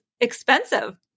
expensive